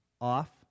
Off